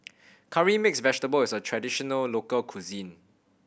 Curry Mixed Vegetable is a traditional local cuisine